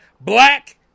black